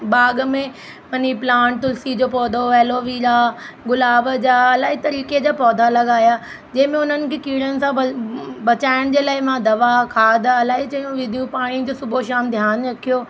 बाग़ में money plant तुलिसी जो पौधो एलोवीरा गुलाब जा इलाही तरीक़े जा पौधा लॻाया जंहिंमें उन्हनि खे कीड़नि सां ब बचाइण जे लाइ मां दवा खाद इलाही शयूं विधियूं पाणी जो सुबुहु शाम ध्यान रखियो